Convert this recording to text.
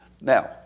Now